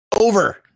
Over